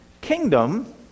kingdom